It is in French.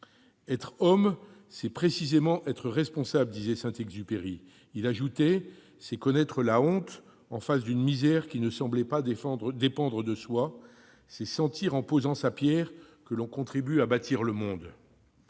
« Être homme, c'est précisément être responsable. C'est connaître la honte en face d'une misère qui ne semblait pas dépendre de soi. [...] C'est sentir, en posant sa pierre, que l'on contribue à bâtir le monde »